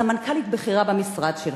סמנכ"לית בכירה במשרד שלך.